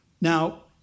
Now